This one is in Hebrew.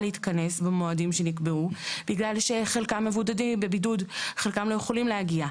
להתכנס במועדים שנקבעו בגלל שחלקם בבידוד וחלקם לא יכולים להגיע.